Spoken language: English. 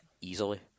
easily